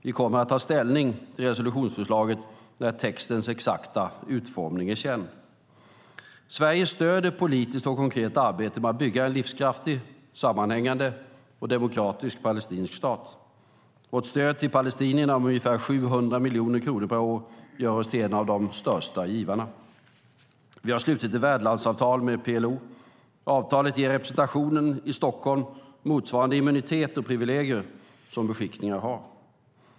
Vi kommer att ta ställning till resolutionsförslaget när textens exakta utformning är känd. Sverige stöder politiskt och konkret arbetet med att bygga en livskraftig, sammanhängande och demokratisk palestinsk stat. Vårt stöd till palestinierna om ungefär 700 miljoner kronor per år gör oss till en av de största givarna. Vi har slutit ett värdlandsavtal med PLO. Avtalet ger representationen i Stockholm motsvarande immunitet och privilegier som beskickningar har.